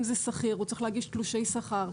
אם זה שכיר הוא צריך להגיש תלושי שכר,